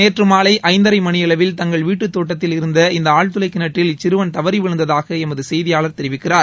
நேற்று மாலை ஐந்தரை மணியளவில் தங்கள் வீட்டு தோட்டத்தில் இருந்த இந்த ஆழ்துளைக் கிணற்றில் இச்சிறுவன் தவறி விழுந்ததாக எமது செய்தியாளர் பாரதி தெரிவிக்கிறார்